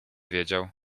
widział